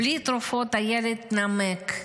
בלי תרופות הילד נמק,